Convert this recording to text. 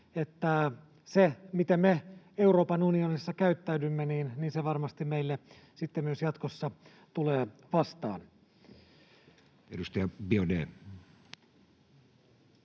se, miten me Euroopan unionissa käyttäydymme, meille varmasti sitten myös jatkossa tulee vastaan. [Speech 49]